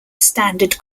standard